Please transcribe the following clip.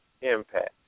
impact